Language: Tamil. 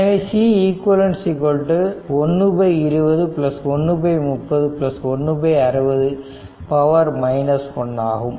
எனவே Ceq 120 130 160 1 ஆகும்